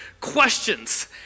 questions